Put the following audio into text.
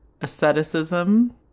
asceticism